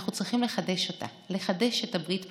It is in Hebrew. אנחנו צריכים לחדש אותה, לחדש את הברית בינינו,